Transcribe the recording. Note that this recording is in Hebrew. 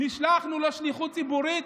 נשלחנו לשליחות ציבורית.